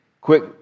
Quick